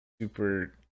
super